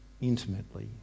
intimately